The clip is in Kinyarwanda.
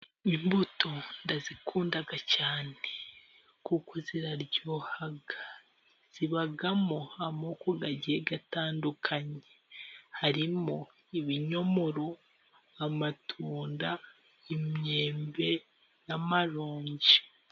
Imbuto ndazikunda cyane, kuko ziraryoha zibamo amoko agiye atandukanye harimo: ibinyomoro, amatunda, imyembe n'amaronji.